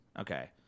Okay